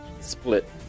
split